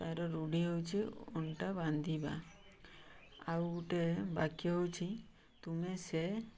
ତାର ରୁଢ଼ି ହେଉଛି ଅଣ୍ଟା ବାନ୍ଧିବା ଆଉ ଗୋଟେ ବାକ୍ୟ ହଉଛି ତୁମେ ସେ